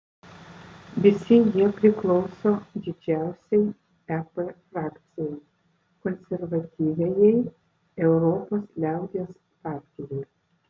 visi jie priklauso didžiausiai ep frakcijai konservatyviajai europos liaudies partijai